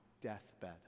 deathbed